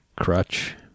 crutch